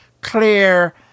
clear